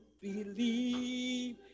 believe